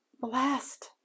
Blessed